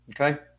Okay